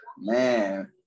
man